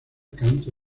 canto